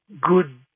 good